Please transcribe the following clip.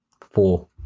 four